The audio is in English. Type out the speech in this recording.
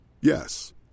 Yes